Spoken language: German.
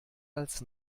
als